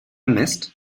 missed